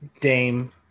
Dame